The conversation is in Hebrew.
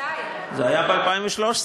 אתה לא זוכר, זה היה לפני שנתיים.